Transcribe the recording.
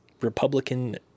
Republican